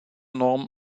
norm